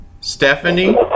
Stephanie